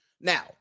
Now